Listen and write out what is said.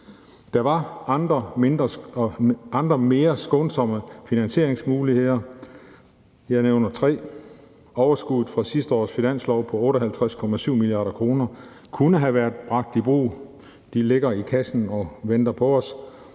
Der var andre og mere skånsomme finansieringsmuligheder. Jeg nævner tre: Overskuddet fra sidste års finanslov på 58,7 mia. kr. kunne have været bragt i brug; de ligger i kassen og venter på os.